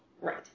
Right